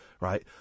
right